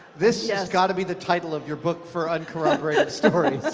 this yeah has gotta be the title of your book for uncorroborated stories.